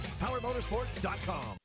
PowerMotorsports.com